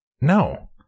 No